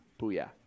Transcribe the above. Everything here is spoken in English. booyah